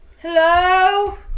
Hello